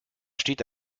steht